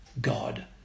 God